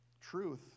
truth